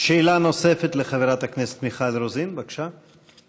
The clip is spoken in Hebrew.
שאלה נוספת לחברת הכנסת מיכל רוזין, בבקשה.